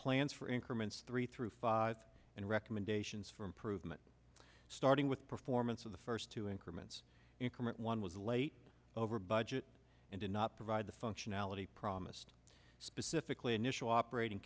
plans for increments three through five and recommendations for improvement starting with performance of the first to increment increment one was late over budget and did not provide the functionality promised specifically initial operating